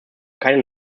keine